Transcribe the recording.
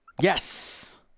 Yes